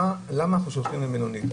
למה אנחנו שולחים למלונית.